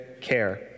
care